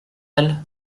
elle